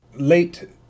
Late